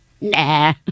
Nah